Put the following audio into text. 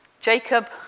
Jacob